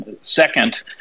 Second